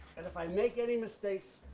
and if i make any mistakes,